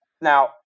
Now